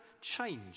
change